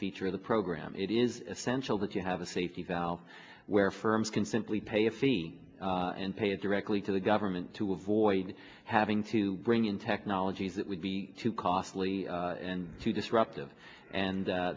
feature of the program it is essential that you have a safety valve where firms can simply pay a fee and pay it directly to the government to avoid having to bring in technologies that would be too costly and too disruptive and